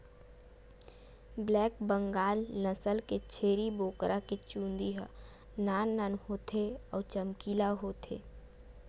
black Bengal नसल के छेरी बोकरा के चूंदी ह नान नान होथे अउ चमकीला होथे